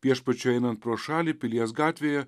viešpačiui einant pro šalį pilies gatvėje